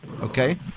Okay